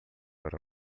para